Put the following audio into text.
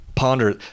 ponder